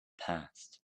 passed